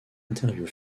interview